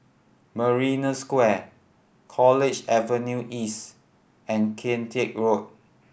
Marina Square at College Avenue East and Kian Teck Road